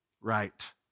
right